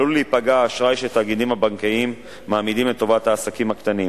עלול להיפגע האשראי שתאגידים בנקאיים מעמידים לטובת העסקים הקטנים.